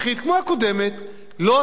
לא עסקה בספסור העורף